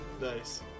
Nice